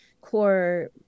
core